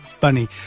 funny